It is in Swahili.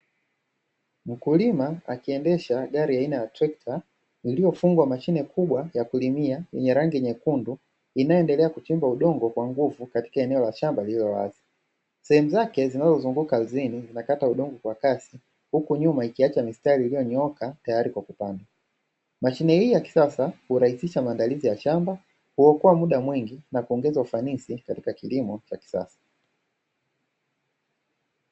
Mkulima akiendesha gari aina ya trekta iliyofungwa mashine kubwa ya kulimia yenye rangi nyekundu inayoendelea kuchimba udongo kwa nguvu katika eneo la shamba lililowazi, sehemu zake zinazozunguka ardhini zinakata udongo kwa kasi uku nyuma ikiacha mistari iliyonyooka tayali kwa kupandwa, mashine hii ya kisasa urahisisha maandalizi ya shamba kuokoa muda mwingi na kuongeza ufanisi katika kilimo cha kisasa.